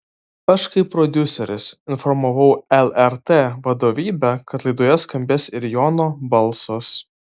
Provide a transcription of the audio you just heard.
aš kaip prodiuseris informavau lrt vadovybę kad laidoje skambės ir jono balsas